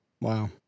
Wow